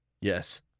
Yes